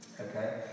Okay